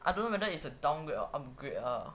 I don't know whether it's a downgrade or upgrade lah